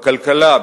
בכלכלה,